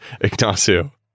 Ignacio